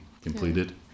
completed